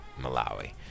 Malawi